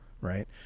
right